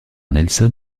nelson